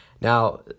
Now